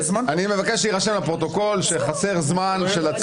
אני מבקש שיירשם לפרוטוקול שחסר זמן של הציבור.